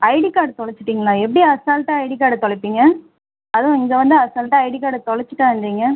ID card தொலைச்சிட்டீங்களா எப்படி அசால்ட்டாக ஐடி கார்டை தொலைப்பீங்க அதுவும் இங்கே வந்து அசால்ட்டாக ஐடி கார்டை தொலைச்சிட்டேன்றிங்க